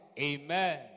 Amen